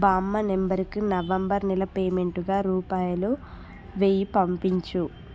బామ్మ నంబరుకి నవంబర్ నెల పేమెంటుగా రూపాయలు వెయ్యి పంపించుము